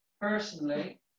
personally